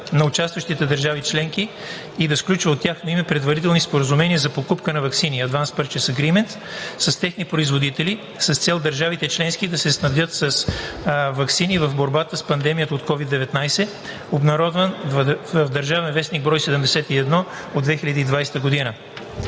на участващите държави членки и да сключва от тяхно име предварителни споразумения за покупка на ваксини Advance Purchase Agreement с техни производители, с цел държавите членки да се снабдят с ваксини в борбата с пандемията от COVID-19, обн., ДВ, бр. 71 от 2020 г.